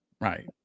right